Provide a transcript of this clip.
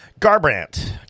Garbrandt